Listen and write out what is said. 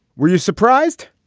were you surprised?